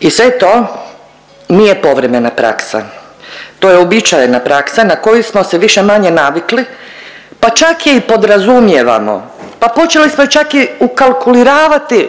i sve to nije povremena praksa, to je uobičajena praksa na koju smo se više-manje navikli, pa čak je i podrazumijevamo, pa počeli smo je čak i ukalkuliravati